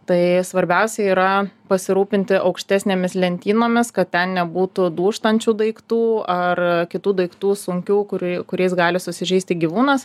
tai svarbiausia yra pasirūpinti aukštesnėmis lentynomis kad ten nebūtų dūžtančių daiktų ar kitų daiktų sunkiau kurių kuriais gali susižeisti gyvūnas